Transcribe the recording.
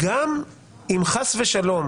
אם חס ושלום